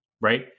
right